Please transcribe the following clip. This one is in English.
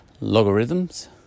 Logarithms